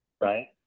right